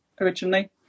originally